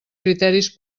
criteris